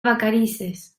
vacarisses